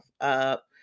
up